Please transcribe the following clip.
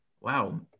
wow